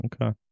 Okay